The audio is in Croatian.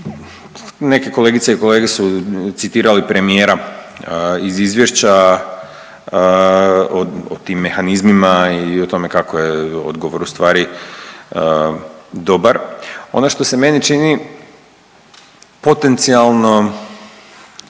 Neke kolegice i kolege su citirali premijera iz izvješća o tim mehanizmima i o tome kako je odgovor u stvari dobar. Ono što se meni čini potencijalno